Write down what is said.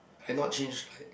I not change like